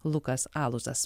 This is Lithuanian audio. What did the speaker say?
lukas aluzas